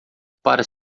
para